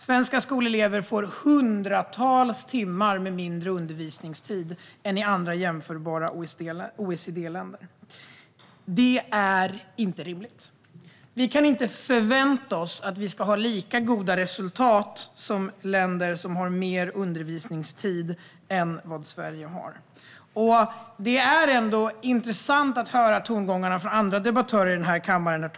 Svenska skolelever får hundratals timmar mindre undervisningstid än elever i andra jämförbara OECD-länder. Det är inte rimligt. Vi kan inte förvänta oss lika goda resultat som länder som har mer undervisningstid än vad Sverige har. Herr talman! Det är intressant att höra tongångarna från andra debattörer i kammaren.